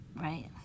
Right